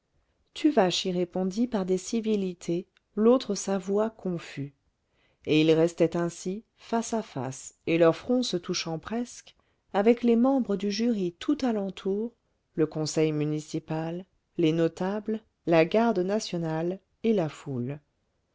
répondit par des civilités l'autre s'avoua confus et ils restaient ainsi face à face et leurs fronts se touchant presque avec les membres du jury tout alentour le conseil municipal les notables la garde nationale et la foule